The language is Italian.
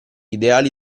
ideali